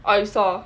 oh you saw